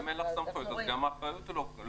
אם אין לך סמכויות אז גם האחריות לא עלייך.